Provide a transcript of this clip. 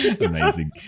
Amazing